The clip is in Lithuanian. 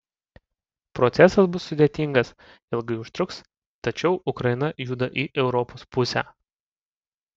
procesas bus sudėtingas ilgai užtruks tačiau ukraina juda į europos pusę